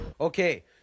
okay